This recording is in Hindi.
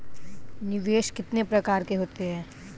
निवेश कितने प्रकार के होते हैं?